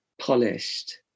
polished